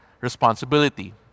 responsibility